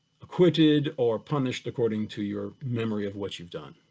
acquitted or punished according to your memory of what you've done.